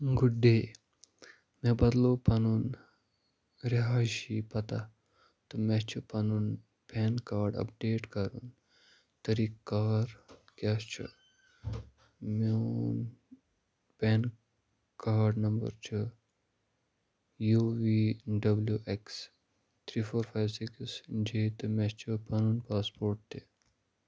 good day مےٚ بدلو پَنُن رِہایشی پَتَہ تہٕ مےٚ چھِ پَنُن پین کارڈ اَپڈیٹ کَرُن طریٖقہٕ کار کیٛاہ چھُ میون پین کارڈ نمبَر چھِ U V W X three four five six J تہٕ مےٚ چھِ پَنُن پاسپورٹ تہِ